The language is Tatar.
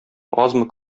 азмы